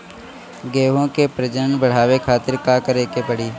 गेहूं के प्रजनन बढ़ावे खातिर का करे के पड़ी?